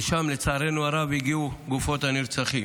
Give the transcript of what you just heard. שלשם, לצערנו הרב, הגיעו גופות הנרצחים,